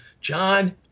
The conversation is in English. John